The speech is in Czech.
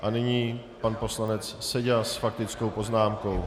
A nyní pan poslanec Seďa s faktickou poznámkou.